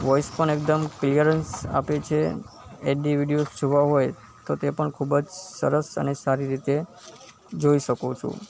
voice પણ એકદમ clearance આપે છે ઍચડી વિડીયોઝ જોવા હોય તો તે પણ ખૂબ જ સરસ અને સારી રીતે જોઈ શકો છો